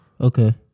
Okay